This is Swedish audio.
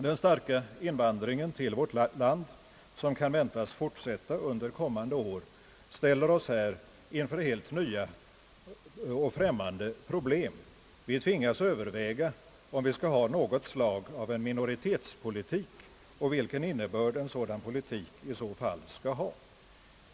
Den starka invandringen till vårt land, som kan väntas fortsätta under kommande år, ställer oss inför helt nya och främmande problem. Vi tvingas överväga om vi skall ha något slag av minoritetspolitik och vilken innebörd en sådan politik i så fall skall ha.